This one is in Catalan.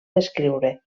descriure